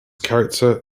character